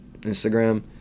instagram